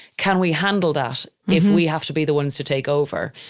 can we handle that? if we have to be the ones to take over?